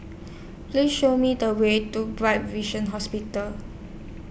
Please Show Me The Way to Bright Vision Hospital